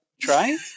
try